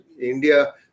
India